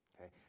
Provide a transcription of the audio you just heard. Okay